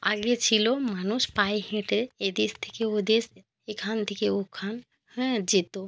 আগে ছিলো মানুষ পায়ে হেঁটে এদেশ থেকে ওদেশ এখান থেকে ওখান হ্যাঁ যেত